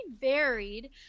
varied